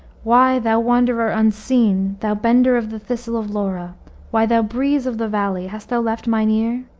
why, thou wanderer unseen! thou bender of the thistle of lora why, thou breeze of the valley, hast thou left mine ear?